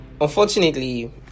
unfortunately